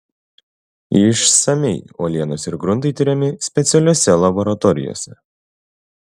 išsamiai uolienos ir gruntai tiriami specialiose laboratorijose